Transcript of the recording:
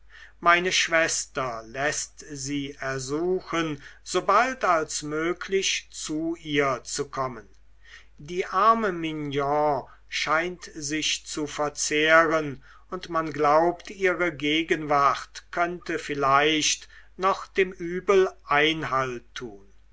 meine schwester läßt sie ersuchen so bald als möglich zu ihr zu kommen die arme mignon scheint sich zu verzehren und man glaubt ihre gegenwart könnte vielleicht noch dem übel einhalt